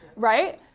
right?